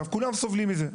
כולם סובלים מזה,